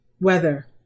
Weather